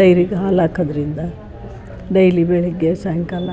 ಡೈರಿಗೆ ಹಾಲು ಹಾಕೋದ್ರಿಂದ ಡೈಲಿ ಬೆಳಿಗ್ಗೆ ಸಾಯಂಕಾಲ